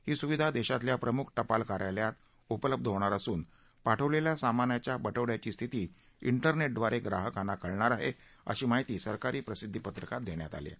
ही सुविधा देशातल्या प्रमुख टपाल कार्यालयात उपलब्ध होणार असून पाठवलेल्या सामानाच्या बटवडयाची स्थिती इंटरनेट द्वारे ग्राहकांना कळणार आहे अशी माहिती सरकारी प्रसिद्धी पत्रकात देण्यात आलीय